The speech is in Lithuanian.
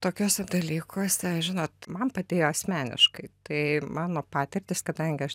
tokiuose dalykuose žinot man padėjo asmeniškai tai mano patirtys kadangi aš